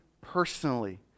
personally